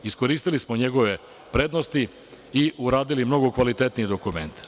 Iskoristili smo njegove prednosti i uradili mnogo kvalitetnije dokumente.